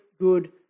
good